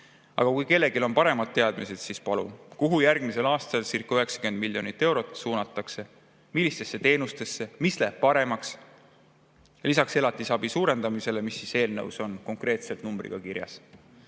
Aga kui kellelgi on paremad teadmised, siis palun! Kuhu järgmisel aastalcirca90 miljonit eurot suunatakse, millistesse teenustesse? Mis läheb paremaks lisaks elatisabi suurendamisele, mis eelnõus on konkreetselt numbriga